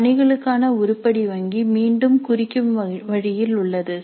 பணிகளுக்கான உருப்படி வங்கி மீண்டும் குறிக்கும் வழியில் உள்ளது